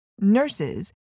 Nurses